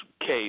case